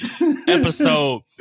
Episode